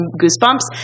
goosebumps